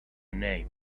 name